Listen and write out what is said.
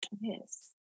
Yes